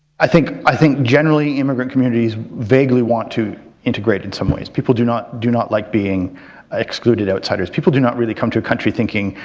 i think i think generally, immigrant communities vaguely want to integrate in some ways. people do not do not like being excluded outsiders. people do not really come to a country thinking,